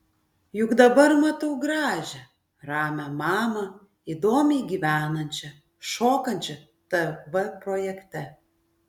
juk dabar matau gražią ramią mamą įdomiai gyvenančią šokančią tv projekte